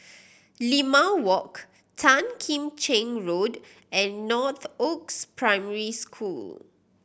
Limau Walk Tan Kim Cheng Road and Northoaks Primary School